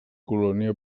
colònia